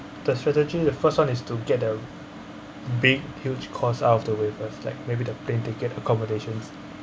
the strategy the first one is to get the big huge costs out of the way first like maybe the plane ticket accommodation